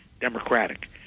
Democratic